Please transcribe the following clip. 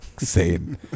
insane